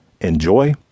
Enjoy